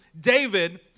David